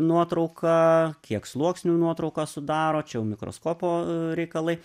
nuotrauka kiek sluoksnių nuotrauką sudaro čia jau mikroskopo a reikalai